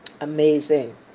Amazing